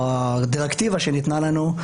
או הדירקטיבה שניתנה לנו,